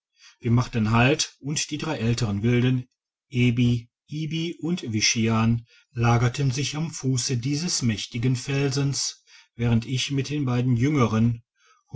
wir machten halt und die drei älteren wilden ebi ibi und wishian lagerten sich am fusse dieses mächtigen felsens während ich mit den beiden jüngeren